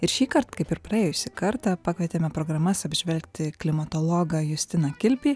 ir šįkart kaip ir praėjusį kartą pakvietėme programas apžvelgti klimatologą justiną kilpį